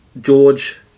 George